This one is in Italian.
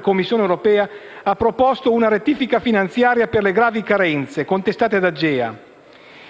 Commissione europea ha proposto una rettifica finanziaria per le gravi carenze contestate ad AGEA.